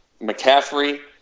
McCaffrey